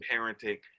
parenting